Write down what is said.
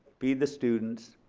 feed the students,